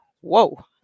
Whoa